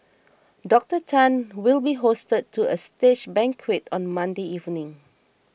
Doctor Tan will be hosted to a state banquet on Monday evening